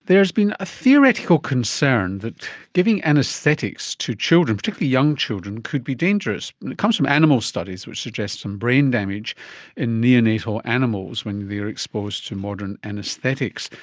there's been a theoretical concern that giving anaesthetics to children, particularly young children, could be dangerous, and it comes from animal studies which suggest some brain damage in neonatal animals when they are exposed to modern anaesthetics.